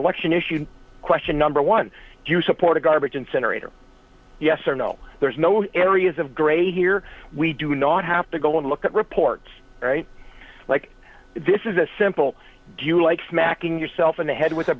election issue question number one do you support a garbage incinerator yes or no there's no areas of gray here we do not have to go and look at reports right like this is a simple do you like smacking yourself in the head with a